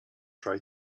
try